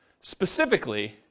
specifically